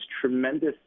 tremendous